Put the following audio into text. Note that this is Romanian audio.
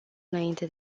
înainte